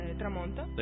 tramonta